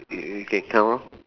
you you can count